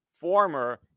former